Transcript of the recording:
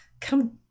come